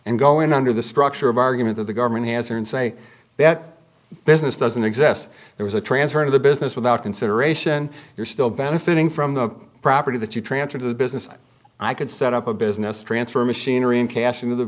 and go in under the structure of argument that the government has there and say that business doesn't exist there was a transfer of the business without consideration you're still benefiting from the property that you transferred to the business i could set up a business transfer machinery and cash